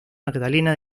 magdalena